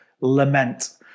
lament